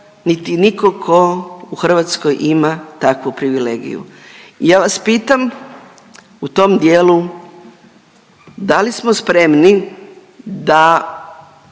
niti nikog tko u Hrvatskoj ima takvu privilegiju. Ja vas pitam u tom dijelu da li smo spremni da